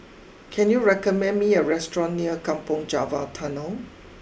can you recommend me a restaurant near Kampong Java Tunnel